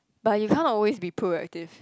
but you can't be always be proactive